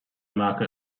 marke